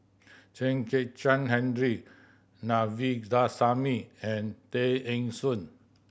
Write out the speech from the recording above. Chen Kezhan Henri Na Vindasamy and Tay Eng Soon